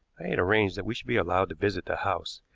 had arranged that we should be allowed to visit the house.